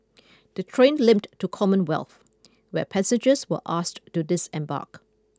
the train limped to Commonwealth where passengers were asked to disembark